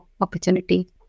opportunity